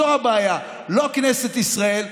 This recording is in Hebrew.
זו הבעיה, לא כנסת ישראל.